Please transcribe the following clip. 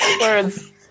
Words